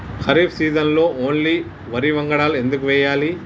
ఖరీఫ్ సీజన్లో ఓన్లీ వరి వంగడాలు ఎందుకు వేయాలి?